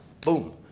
boom